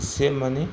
एसे माने